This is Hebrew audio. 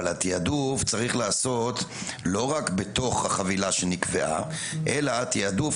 אבל התעדוף צריך להיעשות לא רק בתוך החבילה שנקבעה אלא התעדוף,